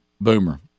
boomer